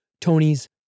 Tony's